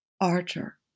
Archer